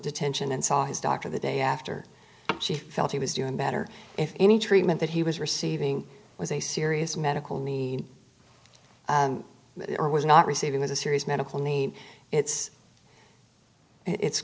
detention and saw his doctor the day after she felt he was doing better if any treatment that he was receiving was a serious medical need or was not receiving as a serious medical need it's it's